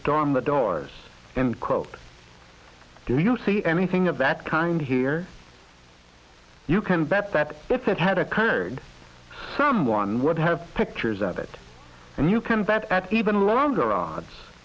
storm the doors and quote do you see anything of that kind here you can bet that if it had occurred someone would have pictures of it and you can bet at even longer odds